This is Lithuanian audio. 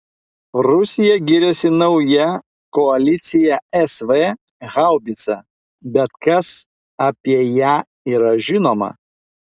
rusija giriasi nauja koalicija sv haubica bet kas apie ją yra žinoma